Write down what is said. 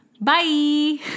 Bye